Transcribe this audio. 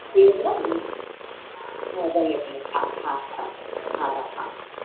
थी वेंदव नी हा भले भले हा हा हा हा रखांव थी